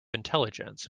intelligence